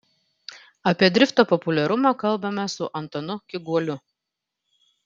apie drifto populiarumą kalbamės su antanu kyguoliu